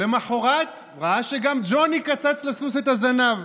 למוחרת ראה שגם ג'וני קצץ לסוס את הזנב.